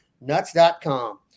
nuts.com